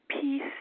peace